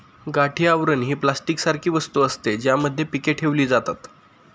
गाठी आवरण ही प्लास्टिक सारखी वस्तू असते, ज्यामध्ये पीके ठेवली जातात